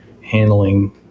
handling